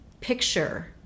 picture